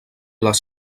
les